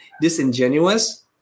disingenuous